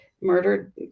murdered